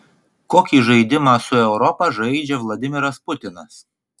kokį žaidimą su europa žaidžia vladimiras putinas